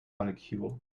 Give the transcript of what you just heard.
molecule